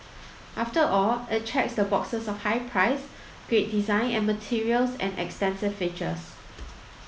after all it checks the boxes of high price great design and materials and extensive features